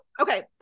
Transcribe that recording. okay